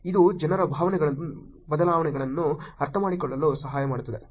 ಇದು ಜನರ ಭಾವನೆಗಳ ಬದಲಾವಣೆಯನ್ನು ಅರ್ಥಮಾಡಿಕೊಳ್ಳಲು ಸಹಾಯ ಮಾಡುತ್ತದೆ